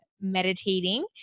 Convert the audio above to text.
meditating